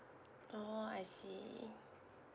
orh I see